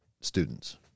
students